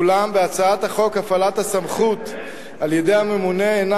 אולם בהצעת החוק הפעלת הסמכות על-ידי הממונה אינה